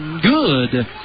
good